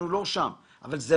זו